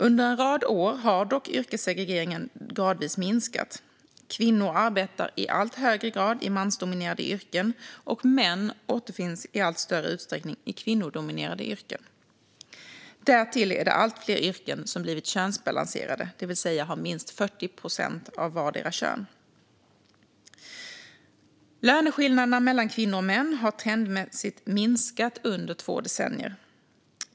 Under en rad år har dock yrkessegregeringen gradvis minskat. Kvinnor arbetar i allt högre grad i mansdominerade yrken, och män återfinns i allt större utsträckning i kvinnodominerade yrken. Därtill är det allt fler yrken som blivit könsbalanserade, det vill säga har minst 40 procent av vartdera kön. Löneskillnaderna mellan kvinnor och män har trendmässigt minskat under två decennier.